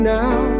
now